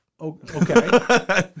Okay